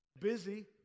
Busy